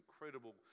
incredible